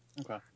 Okay